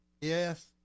Yes